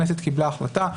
הכנסת קיבלה החלטה,